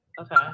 Okay